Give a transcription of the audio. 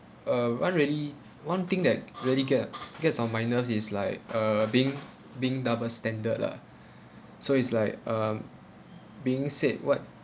uh one really one thing that really get uh gets on my nerves is like uh being being double standard lah so it's like um being said what